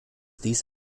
dies